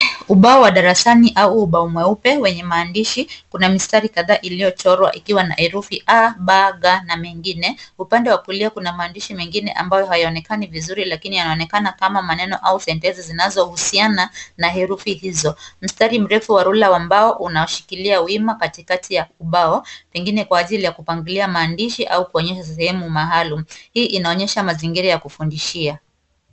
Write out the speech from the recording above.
Ubao wa darasani au ubao mweupe wenye maandishi, kuna mistari kadhaa iliyochorwa ikiwa na herufi A, B, G na mengine, upande wa kulia kuna maandishi mengine ambayo hayoonekani vizuri lakini yanaonekana kama maneno au sentensi zinazohusiana na herufi hizo. Mstari mrefu wa rula wa mbao unashikilia wima katikati ya ubao, pengine kwa ajili ya kupangilia maandishi au kuonyesha sehemu maalum. Hii inaonyesha mazingira ya kufundishia.